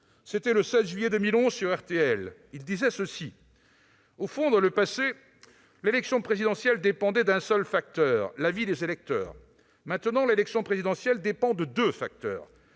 Raffarin. Le 7 juillet 2011 sur RTL, il expliquait :« Au fond, dans le passé, l'élection présidentielle dépendait d'un seul facteur, l'avis des électeurs. Maintenant, l'élection présidentielle dépend de deux facteurs